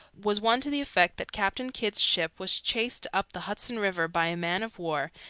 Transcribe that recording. was one to the effect that captain kidd's ship was chased up the hudson river by a man-of-war,